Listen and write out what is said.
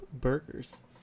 burgers